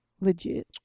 Legit